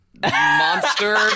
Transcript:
Monster